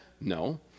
No